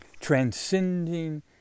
transcending